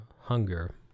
hunger